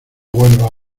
vuelva